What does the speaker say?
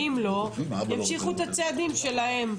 אם לא, הם ימשיכו את הצעדים שלהם.